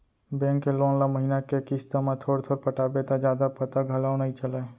bank के loan ल महिना के किस्त म थोर थोर पटाबे त जादा पता घलौ नइ चलय